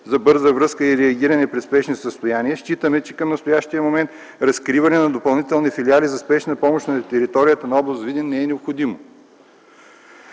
за бърза връзка и реагиране при спешни състояния, считаме, че към настоящия момент разкриване на допълнителни филиали за спешна помощ на територията на област Видин не е необходимо.